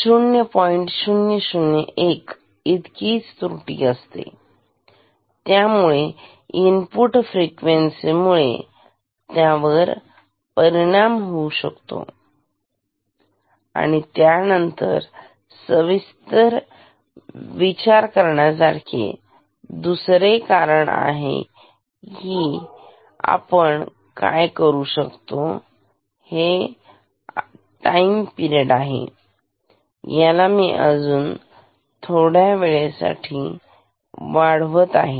001 इतकीच त्रुटी असू शकते त्यामुळे इनपुट फ्रिक्वेन्सी मुळे त्यावर परिणाम होतो किंवा होऊ शकत नाही त्यानंतर सविस्तर विचार करण्यासारखे दुसरे कारण आहे की आपण काय करू शकतो हे टाईम आहे याला मी अजून थोड्या वेळे साठी वाढवत आहे